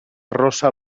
rosa